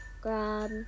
grab